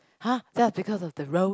!huh! just because of the road